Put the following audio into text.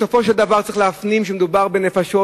בסופו של דבר צריך להפנים שמדובר בנפשות,